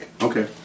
Okay